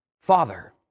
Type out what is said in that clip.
father